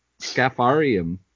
scafarium